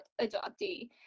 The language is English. adoptee